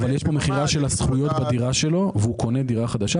אבל יש מכירה של הזכויות בדירה שלו והוא קונה דירה חדשה.